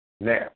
Now